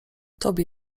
tobie